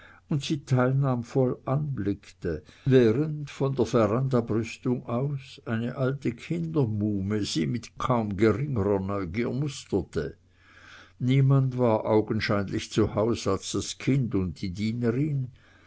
und sie teilnahmvoll anblickte während von der verandabrüstung aus eine alte kindermuhme sie mit kaum geringerer neugier musterte niemand war augenscheinlich zu haus als das kind und die dienerin